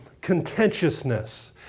contentiousness